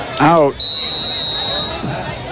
out